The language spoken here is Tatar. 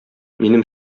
минем